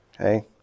Okay